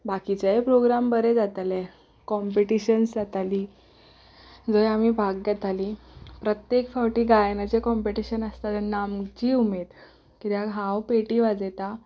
बाकीचेय programme बरे जाताले competitions जातालीं जंय आमीं भाग घेतालीं प्रत्येक फावटी गायनाचें कंपीटिशन आसता तेन्ना आमची उमेद कित्याक हांव पेटी वाजयतां